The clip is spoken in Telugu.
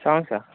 సాంగ్సా